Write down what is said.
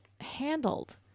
handled